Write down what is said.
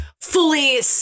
fully